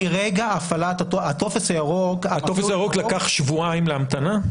הטופס הירוק לקח שבועיים להמתנה?